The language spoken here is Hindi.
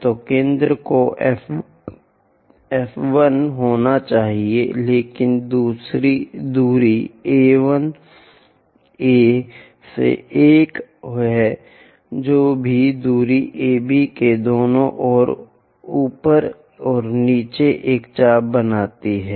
तो केंद्र को F 1 होना चाहिए लेकिन दूरी A 1 A से एक है जो भी दूरी AB के दोनों ओर ऊपर और नीचे एक चाप बनाती है